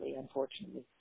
unfortunately